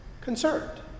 concerned